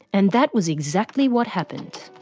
and that was exactly what happened.